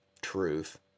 truth